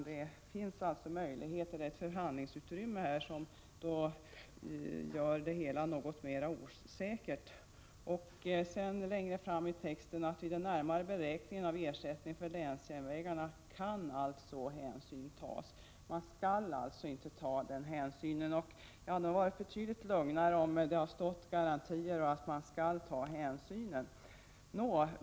Det finns alltså ett förhandlingsutrymme här som gör det hela något mera osäkert. Längre fram i texten står det att vid den närmare beräkningen av ersättningen för länsjärnvägarna kan hänsyn tas till olika faktorer som påverkar kostnadsbilden. Det står inte att man skall ta den hänsynen. Jag hade varit betydligt lugnare, om det hade stått ”garantier” och att man ”skall” ta hänsyn.